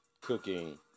cooking